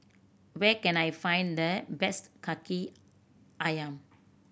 where can I find the best Kaki Ayam